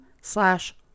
slash